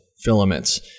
filaments